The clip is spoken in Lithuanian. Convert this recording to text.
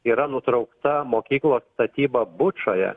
yra nutraukta mokyklos statyba bučoje